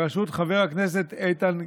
בראשות חבר הכנסת איתן גינזבורג,